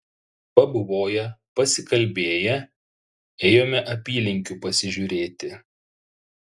pabuvoję pasikalbėję ėjome apylinkių pasižiūrėti